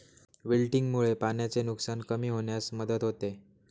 विल्टिंगमुळे पाण्याचे नुकसान कमी होण्यास मदत होते